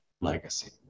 legacy